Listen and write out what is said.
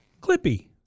Clippy